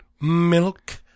milk